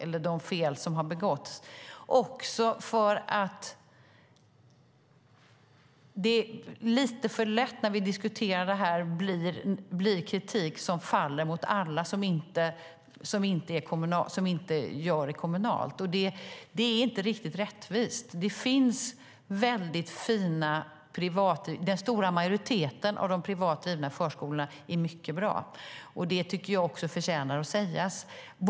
När vi diskuterar detta blir det lite för lätt kritik som faller mot alla som inte är kommunala. Det är inte riktigt rättvist. Den stora majoriteten av de privat drivna förskolorna är mycket bra, och det tycker jag förtjänar att sägas.